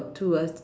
to a